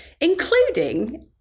including